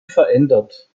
verändert